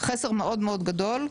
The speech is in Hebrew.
חסר מאוד מאוד גדול,